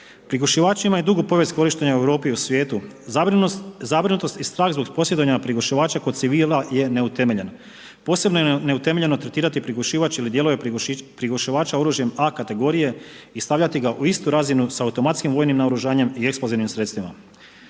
Prigušivači imaju dugu povijest korištenja u Europi i svijetu. Zabrinutost i strah zbog posjedovanja prigušivača kod civila je neutemeljen. Posebno je neutemeljeno tretirati prigušivač ili dijelove prigušivača oružjem A kategorije i stavljati ga u istu razinu sa automatskim vojnim naoružanjem i eksplozivnim sredstvima.